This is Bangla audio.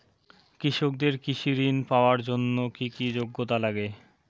কৃষকদের কৃষি ঋণ পাওয়ার জন্য কী কী যোগ্যতা লাগে?